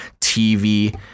TV